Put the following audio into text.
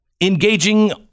engaging